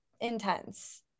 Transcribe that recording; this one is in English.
intense